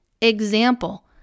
Example